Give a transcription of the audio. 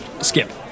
Skip